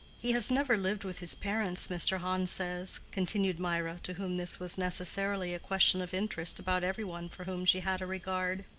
he has never lived with his parents, mr. hans, says, continued mirah, to whom this was necessarily a question of interest about every one for whom she had a regard.